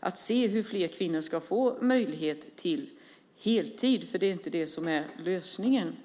att se hur fler kvinnor ska få möjlighet till heltid, för det är inte det som är lösningen.